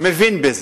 מבין בזה,